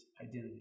identity